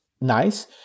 nice